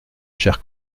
cher